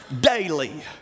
daily